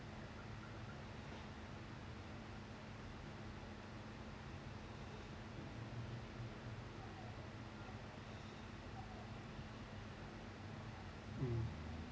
um